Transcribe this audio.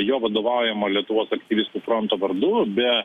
jo vadovaujamo lietuvos aktyvistų fronto vardu be